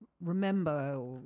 remember